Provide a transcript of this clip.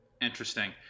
Interesting